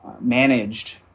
managed